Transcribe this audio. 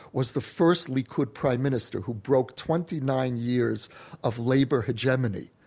was the first likud prime minister, who broke twenty nine years of labor hegemony,